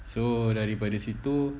so daripada situ